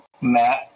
Matt